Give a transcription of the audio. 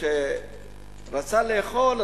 כשרצה לאכול,